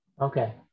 Okay